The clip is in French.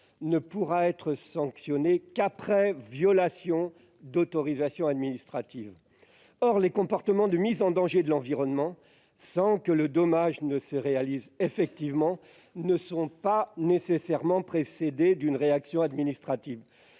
ne pourra être sanctionné qu'après violation d'une autorisation administrative. Or les comportements de mise en danger de l'environnement, sans que le dommage se réalise effectivement, ne sont pas nécessairement précédés d'une réaction administrative.